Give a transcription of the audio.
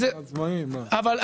לעצמאים, מה.